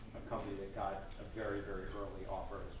company like got a very, very early offer.